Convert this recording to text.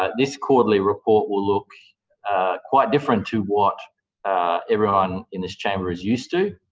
ah this quarterly report will look quite different to what everyone in this chamber is used to,